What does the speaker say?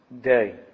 day